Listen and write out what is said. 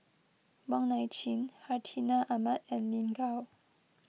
Wong Nai Chin Hartinah Ahmad and Lin Gao